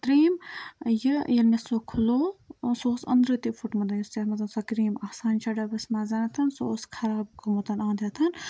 ترٛیٚیِم یہِ ییٚلہِ مےٚ سُہ کھُلو سُہ اوس أنٛدرٕ تہِ پھُٹمُتُے یُس یَتھ مَنٛز سۄ کرٛیٖم آسان چھےٚ ڈَبَس منٛز سُہ اوس خراب گوٚمُت انٛد ہٮ۪تھ